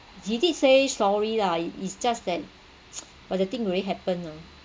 he did say sorry lah it it's just that but the thing already happened nah